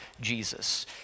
Jesus